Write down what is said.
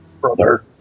brother